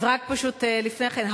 אז רק פשוט לפני כן,